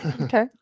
Okay